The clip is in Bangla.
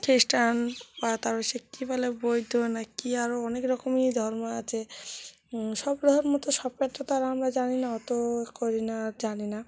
খ্রিস্টান বা তারপর সে কী বলে বৌদ্ধ না কি আরও অনেক রকমই ধর্ম আছে সব ধর্ম তো সবটা তো আর আমরা জানি না অত এ করি না আর জানি না